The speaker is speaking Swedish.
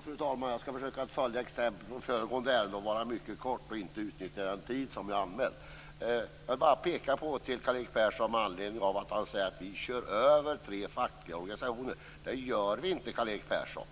Fru talman! Jag skall försöka följa exemplet från föregående ärende. Jag skall vara mycket kortfattad och inte utnyttja den tid som är anmäld. Jag vill bara peka på en sak med anledning av att Karl-Erik Persson säger att vi kör över tre fackliga organisationer. Det gör vi inte, Karl-Erik Persson!